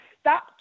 stop